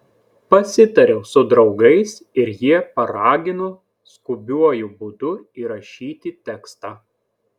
pasitariau su draugais ir jie paragino skubiuoju būdu įrašyti tekstą